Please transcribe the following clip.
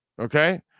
Okay